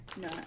No